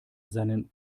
seinen